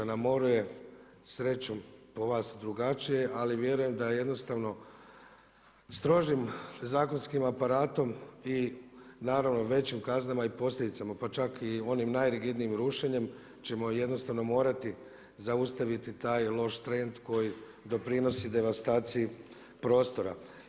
Na moru je srećom po vas drugačije, ali vjerujem da jednostavno strožim zakonskim aparatom i naravno većim kaznama i posljedicama pa čak i onim najrigidnijim rušenjem ćemo jednostavno morati zaustaviti taj loš trend koji doprinosi devastaciji prostora.